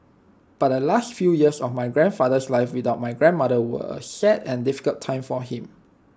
but the last few years of my grandfather's life without my grandmother were A sad and difficult time for him